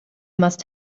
must